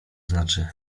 znaczy